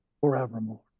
forevermore